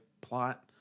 plot